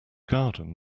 garden